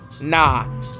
nah